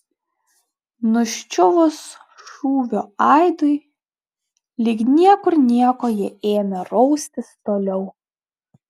nuščiuvus šūvio aidui lyg niekur nieko jie ėmė raustis toliau